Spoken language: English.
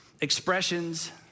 expressions